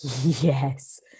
yes